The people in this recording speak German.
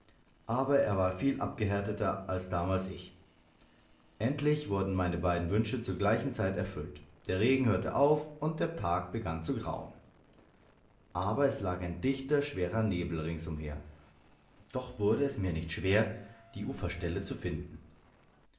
aber er war viel abgehärteter als damals ich endlich wurden meine beiden wünsche zu gleicher zeit erfüllt der regen hörte auf und der tag begann zu grauen aber es lag ein dichter schwerer nebel ringsumher doch wurde es mir nicht schwer die uferstelle zu finden